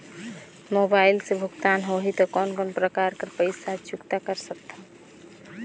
Mobile से भुगतान होहि त कोन कोन प्रकार कर पईसा चुकता कर सकथव?